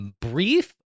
brief